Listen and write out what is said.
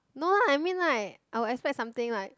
no lah I mean like I will expect something like